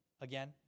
again